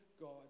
God